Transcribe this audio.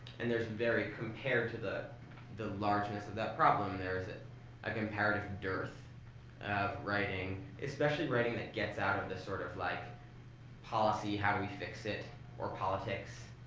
and there's very compared to the the largeness of that problem, there's a ah comparative dearth of writing, especially writing that gets out of the, sort of, like policy how do we fix it or politics,